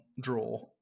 draw